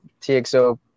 TXO